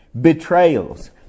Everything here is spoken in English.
betrayals